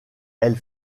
elle